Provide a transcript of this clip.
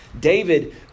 David